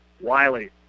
Wiley